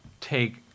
take